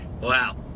Wow